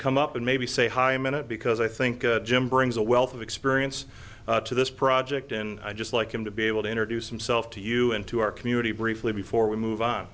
come up and maybe say hi a minute because i think jim brings a wealth of experience to this project and i'd just like him to be able to introduce himself to you and to our community briefly before we move on